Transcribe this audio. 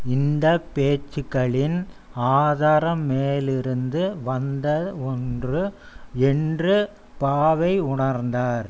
இந்த பேச்சுக்களின் ஆதாரம் மேலிருந்து வந்த ஒன்று என்று பாவை உணர்ந்தார்